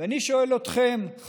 אני שואל אתכם,